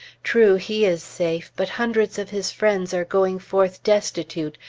true, he is safe but hundreds of his friends are going forth destitute,